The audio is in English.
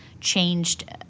changed